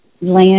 land